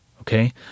Okay